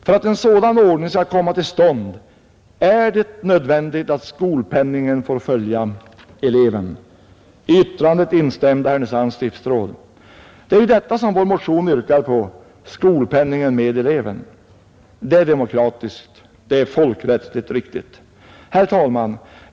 För att en sådan ordning skall komma till stånd är det nödvändigt att skolpenningen får följa eleven.” I yttrandet instämde Härnösands stiftsråd. Det är ju detta vår motion yrkar på: skolpenningen med eleven. Det är demokratiskt. Det är folkrättsligt riktigt. Herr talman!